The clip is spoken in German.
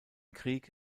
krieg